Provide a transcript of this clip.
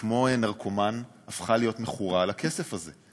שכמו נרקומן הפכה להיות מכורה לכסף הזה.